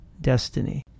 destiny